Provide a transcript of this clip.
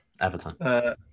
Everton